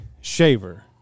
Shaver